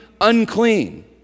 unclean